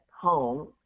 home